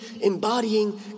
embodying